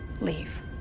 Leave